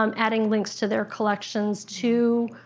um adding links to their collections to